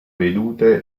vedute